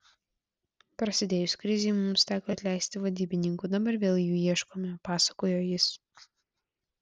prasidėjus krizei mums teko atleisti vadybininkų dabar vėl jų ieškome pasakojo jis